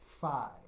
five